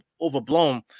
overblown